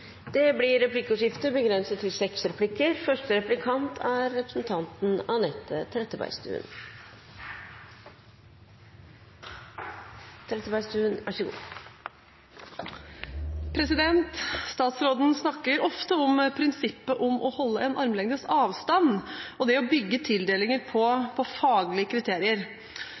Det blir replikkordskifte. Statsråden snakker ofte om prinsippet om å holde armlengdes avstand og det å bygge tildelinger på faglige kriterier.